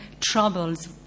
troubles